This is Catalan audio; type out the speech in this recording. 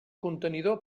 contenidor